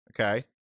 okay